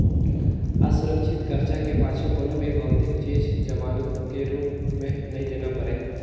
असुरक्छित करजा के पाछू कोनो भी भौतिक चीच जमानत के रूप मे नई देना परे